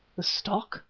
the stock?